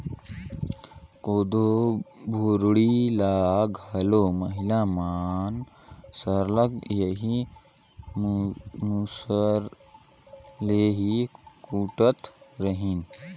कोदो भुरडी ल घलो महिला मन सरलग एही मूसर ले ही कूटत रहिन